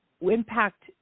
impact